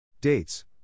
Dates